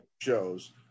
shows